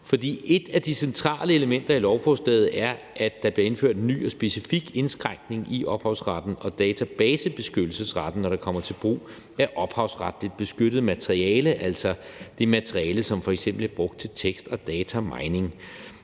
For et af de centrale elementer i lovforslaget er, at der bliver indført en ny og specifik indskrænkning i ophavsretten og databasebeskyttelsesretten, når det kommer til brug af ophavsretligt beskyttet materiale, altså det materiale, som f.eks. er brugt til tekst- og datamining.